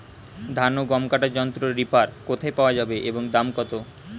ধান ও গম কাটার যন্ত্র রিপার কোথায় পাওয়া যাবে এবং দাম কত?